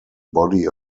body